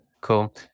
Cool